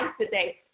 today